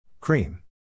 Cream